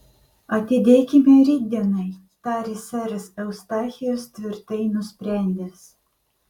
atidėkime rytdienai tarė seras eustachijus tvirtai nusprendęs